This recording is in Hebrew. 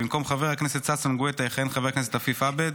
במקום חבר הכנסת ששון גואטה יכהן חבר הכנסת עפיף עבד,